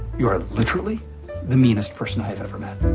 you are literally the meanest person have ever met